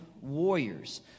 warriors